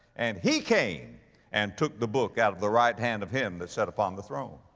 and he came and took the book out of the right hand of him that sat upon the throne.